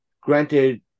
Granted